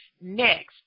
next